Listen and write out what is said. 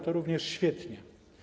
To również świetnie.